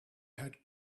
had